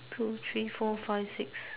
two three four five six